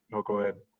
no, go ahead.